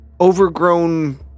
overgrown